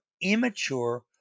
immature